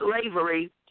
slavery